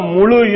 Mulu